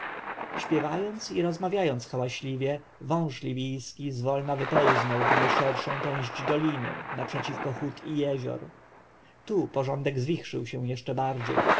śpiewając i rozmawiając hałaśliwie wąż libijski zwolna wypełznął w najszerszą część doliny naprzeciw hut i jezior tu porządek zwichrzył się jeszcze bardziej